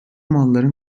malların